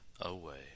away